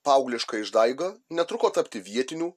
paaugliška išdaiga netruko tapti vietinių